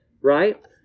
right